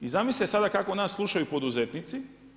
I zamislite sada kako nas slušaju poduzetnici.